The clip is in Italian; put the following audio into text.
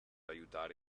aiutare